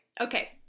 Okay